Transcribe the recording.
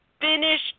finish